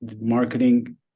marketing